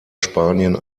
spanien